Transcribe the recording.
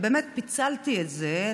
איפה הוא?